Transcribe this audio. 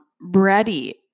ready